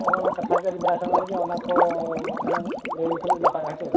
ᱚᱻ ᱚᱱᱟ ᱠᱟᱷᱟ ᱜᱮ ᱟᱹᱞᱤᱧ ᱵᱟᱲᱟᱭ ᱥᱟᱱᱟᱭᱮᱫ ᱞᱤᱧᱟ ᱚᱱᱟ ᱠᱚ ᱦᱩᱱᱟᱹᱝ ᱞᱟᱹᱭ ᱞᱮᱠᱷᱟᱱ ᱫᱚ ᱱᱟᱯᱟᱭᱚᱜᱼᱟ ᱦᱮᱸ ᱥᱮ